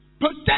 Protect